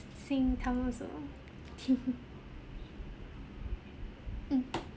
xing come also mm